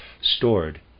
stored